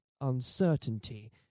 uncertainty